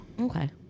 Okay